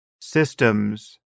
systems